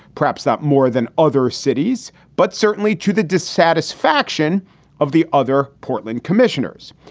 perhaps not more than other cities, but certainly to the dissatisfaction of the other portland commissioners.